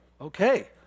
Okay